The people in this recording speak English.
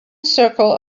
circle